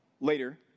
Later